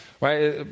right